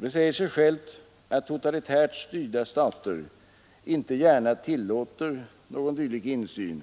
Det säger sig självt att totalitärt styrda stater inte gärna tillåter någon dylik insyn